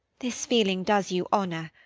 this feeling does you honour.